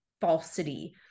falsity